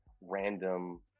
random